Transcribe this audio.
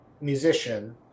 musician